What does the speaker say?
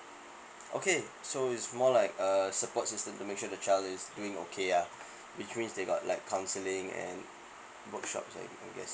okay so it's more like a support system to make sure the child is doing okay ya which means they got like counselling and bookshops that you can guessing